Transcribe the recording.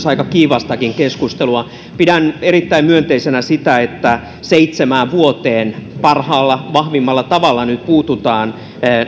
aika kiivastakin keskustelua pidän erittäin myönteisenä sitä että seitsemään vuoteen parhaalla vahvimmalla tavalla nyt puututaan